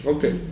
Okay